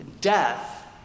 death